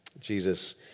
Jesus